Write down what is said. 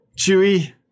Chewy